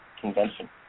convention